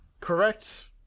Correct